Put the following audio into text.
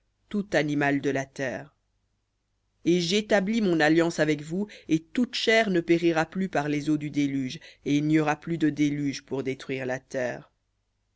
tout animal de la terre et j'établis mon alliance avec vous et toute chair ne périra plus par les eaux du déluge et il n'y aura plus de déluge pour détruire la terre